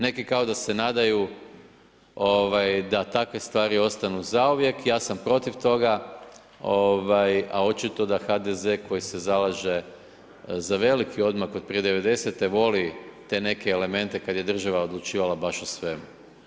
Neki kao da se nadaju da takve stvari ostanu zauvijek, ja sam protiv toga, a očito da HDZ koji se zalaže za veliki odmak od prije '90. voli te neke elemente kad je država odlučivala baš o svemu.